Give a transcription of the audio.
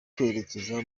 kwerekeza